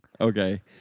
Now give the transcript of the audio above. Okay